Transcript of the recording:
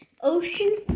Ocean